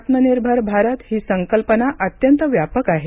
आत्मनिर्भर भारत ही संकल्पना अत्यंत व्यापक आहे